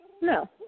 No